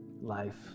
life